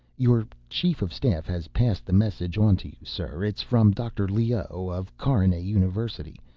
your chief of staff has passed the message on to you, sir. it's from dr. leoh, of carinae university.